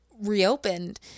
reopened